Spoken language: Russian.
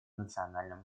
национальном